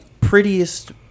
prettiest